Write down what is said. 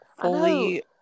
fully